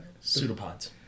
pseudopods